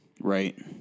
Right